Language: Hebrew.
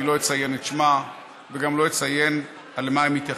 אני לא אציין את שמה וגם לא אציין למה היא מתייחסת,